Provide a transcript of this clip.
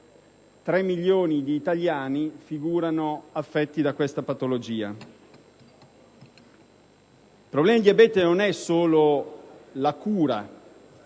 3 milioni di italiani figurano affetti da questa patologia. Il problema del diabete non è solo la cura